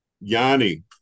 Yanni